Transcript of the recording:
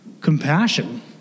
compassion